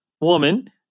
woman